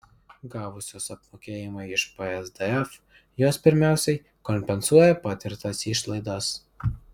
gavusios apmokėjimą iš psdf jos pirmiausia kompensuoja patirtas išlaidas